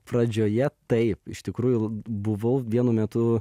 pradžioje taip iš tikrųjų buvau vienu metu